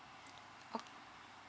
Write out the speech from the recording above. okay